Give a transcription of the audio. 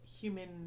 human